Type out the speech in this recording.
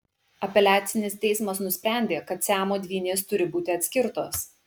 apeliacinis teismas nusprendė kad siamo dvynės turi būti atskirtos